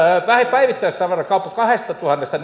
päivittäistavarakauppa kahdestatuhannesta